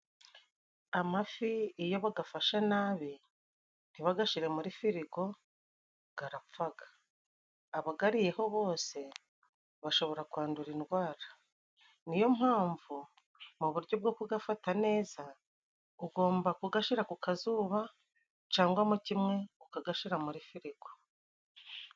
Amafi iyo bagafashe nabi ntibagashire muri firigo karapfaga abagariyeho bose bashobora kwandura indwara niyo mpamvu mu buryo bwo kugafata neza ugomba kugashira ku kazuba cangwa mo kimwe ukagashira muri firigo.